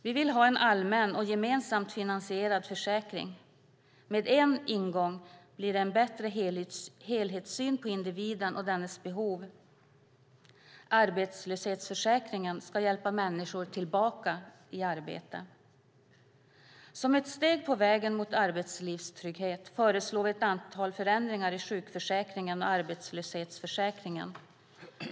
Vi vill ha en allmän och gemensamt finansierad försäkring. Med en enda ingång blir det en bättre helhetssyn på individen och dennes behov. Arbetslöshetsförsäkringen ska hjälpa människor tillbaka i arbete. Som ett steg på vägen mot arbetslivstrygghet föreslår vi ett antal förändringar i sjukförsäkringen och arbetslöshetsförsäkringen.